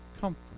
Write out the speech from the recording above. comfort